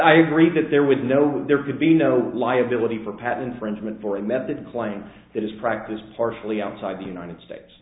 read that there was no there could be no liability for pat infringement for a method a claim that is practiced partially outside the united states